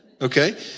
Okay